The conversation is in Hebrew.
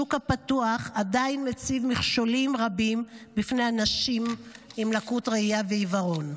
השוק הפתוח עדיין מציב מכשולים רבים בפני אנשים עם לקות ראייה ועיוורון.